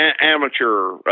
amateur